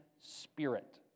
spirit